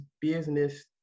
business